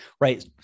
Right